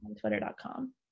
Twitter.com